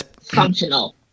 functional